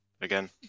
again